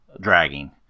dragging